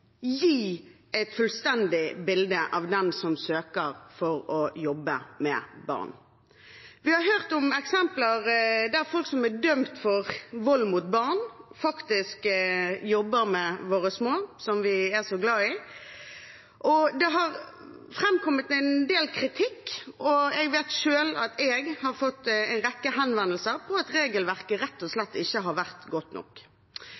gi et fullstendig bilde av den som søker om å jobbe med barn. Vi har hørt om eksempler der folk som er dømt for vold mot barn, faktisk jobber med våre små som vi er så glad i. Det har framkommet en del kritikk, og jeg vet selv at jeg har fått en rekke henvendelser om at regelverket rett og slett ikke har vært godt nok.